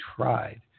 tried